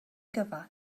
gyfan